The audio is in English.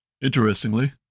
Interestingly